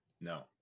No